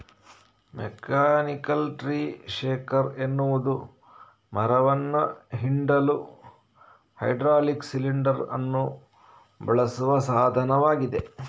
mechanical tree shaker ಎನ್ನುವುದು ಮರವನ್ನ ಹಿಂಡಲು ಹೈಡ್ರಾಲಿಕ್ ಸಿಲಿಂಡರ್ ಅನ್ನು ಬಳಸುವ ಸಾಧನವಾಗಿದೆ